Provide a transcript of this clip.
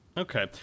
Okay